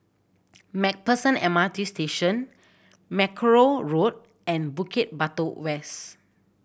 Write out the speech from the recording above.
Macpherson M R T Station Mackerrow Road and Bukit Batok West